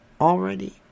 already